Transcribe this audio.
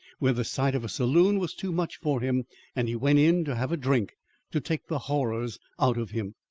where the sight of a saloon was too much for him and he went in to have a drink to take the horrors out of him.